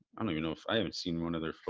i don't even know if i haven't seen one other so